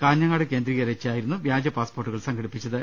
കാഞ്ഞ ങ്ങാട് കേന്ദ്രീകരിച്ചായിരുന്നു വ്യാജപാസ്പോർട്ടുകൾ സംഘടിപ്പിച്ചത്